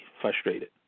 frustrated